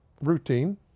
routine